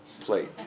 plate